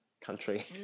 country